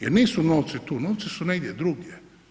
Jer nisu novci tu, novci su negdje drugdje.